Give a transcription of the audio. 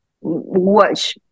watch